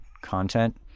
content